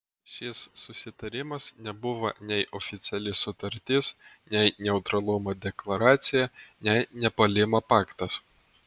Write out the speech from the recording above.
šis susitarimas nebuvo nei oficiali sutartis nei neutralumo deklaracija nei nepuolimo paktas